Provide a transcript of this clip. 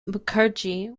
mukherjee